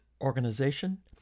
organization